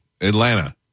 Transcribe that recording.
Atlanta